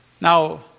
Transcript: Now